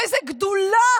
באיזו גדולה